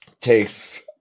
takes